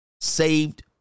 saved